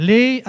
Lay